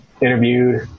interviewed